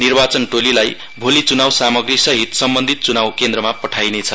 निर्वाचन टोलीलाई भोली च्नाउ सामाग्रीसहित सम्बन्धित च्नाउ केन्द्रमा पठाइनेछ